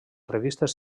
revistes